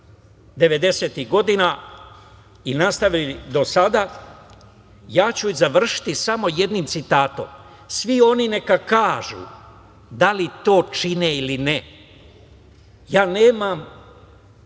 godina i nastavili do sada, ja ću završiti samo jednim citatom. Svi oni neka kažu da li to čine ili ne, ja nemam